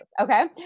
okay